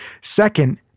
Second